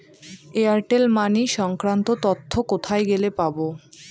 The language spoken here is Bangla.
এয়ারটেল মানি সংক্রান্ত তথ্য কোথায় গেলে পাব?